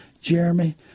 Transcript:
Jeremy